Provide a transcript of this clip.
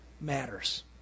matters